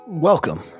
Welcome